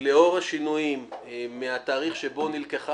היא לאור השינויים מהתאריך שבו נלקחה